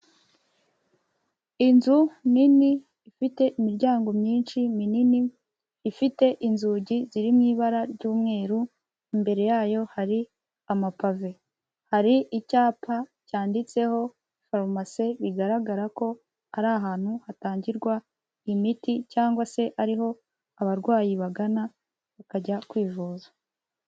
Inzu nini ifite imiryango myinshi minini ifite inzugi ziri mu ibara ry'umweru, imbere yayo hari amapave, hari icyapa cyanditseho farumasi bigaragara ko ari ahantu hatangirwa imiti cyangwa se ariho abarwayi bagana bakajya kwivuza.